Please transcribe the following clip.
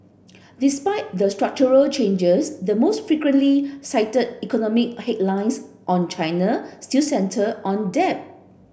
despite the structural changes the most frequently cited economic headlines on China still centre on debt